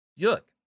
Look